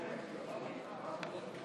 חבר הכנסת